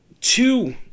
Two